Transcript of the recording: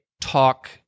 talk